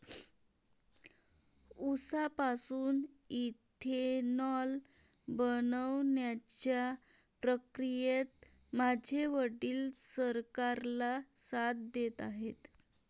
उसापासून इथेनॉल बनवण्याच्या प्रक्रियेत माझे वडील सरकारला साथ देत आहेत